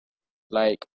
like